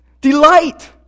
Delight